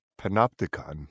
panopticon